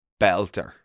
belter